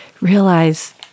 Realize